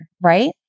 right